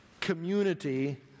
community